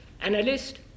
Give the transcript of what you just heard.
analyst